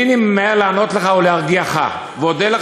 והנני ממהר לענות לך ולהרגיעך,